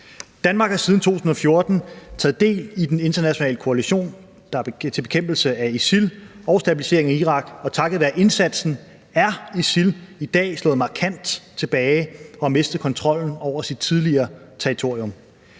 Danmark har siden 2014 taget del i den internationale koalition til bekæmpelse af ISIL og stabilisering af Irak, og takket være indsatsen er ISIL i dag slået markant tilbage og har mistet kontrol over sit tidligere territorium.